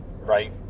Right